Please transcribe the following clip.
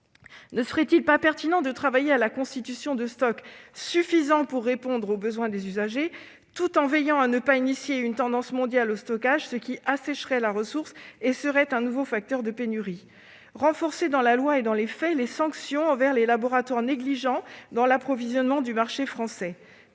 Ne serait-il pas pertinent de travailler à la constitution de stocks suffisants pour répondre aux besoins des usagers, tout en veillant à ne pas engager une tendance mondiale au stockage, ce qui « assècherait » la ressource et constituerait un facteur de pénurie ? Pourquoi ne pas renforcer dans la loi et dans les faits les sanctions envers les laboratoires négligents dans l'approvisionnement du marché français ?